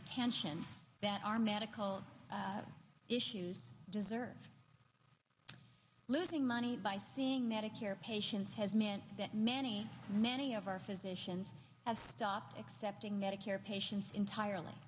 attention that our medical issues deserve losing money by seeing medicare patients has meant that many many of our physicians have stopped accepting medicare patients entirely